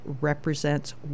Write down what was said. represents